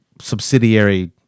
subsidiary